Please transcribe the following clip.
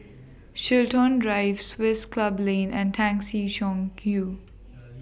Chiltern Drive Swiss Club Lane and Tan Si Chong YOU